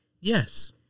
Yes